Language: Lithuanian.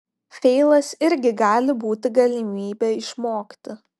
feilas irgi gali būti galimybė išmokti